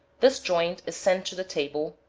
this joint is sent to the table,